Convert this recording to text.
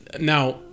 now